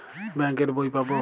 Bank এর বই পাবো?